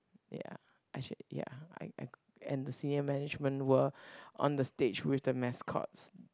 ya I should ya I I got and the senior management were on the stage with the mascots